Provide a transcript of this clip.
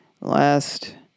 Last